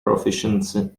proficiency